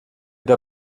der